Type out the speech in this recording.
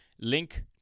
Link